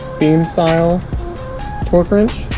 beam-style torque wrench